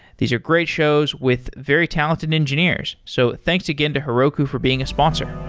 these are great shows with very talented engineers. so thanks again to heroku for being a sponsor.